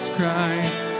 Christ